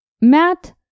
Matt